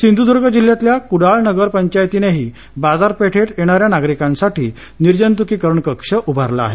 सिंधूद्र्ग जिल्ह्यातल्या कुडाळ नगर पंचायतीनेही बाजारपेठेत येणाऱ्या नागरिकांसाठी निर्जंतुकीकरण कक्ष उभारला आहे